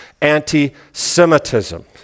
anti-Semitism